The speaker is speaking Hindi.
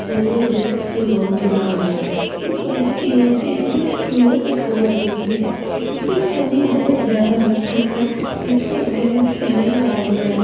मुझे गैस से बहुत लाभ है इससे पहले की औरतें जो चूल्हे पे खाना बनाती थीं तो समय बहुत ज़्यादा लगता था जब से गैस सिलेंडर आ गया है